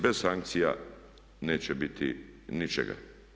Bez sankcija neće biti ničega.